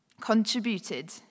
contributed